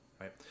Right